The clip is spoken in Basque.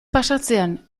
pasatzean